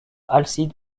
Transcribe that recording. alcide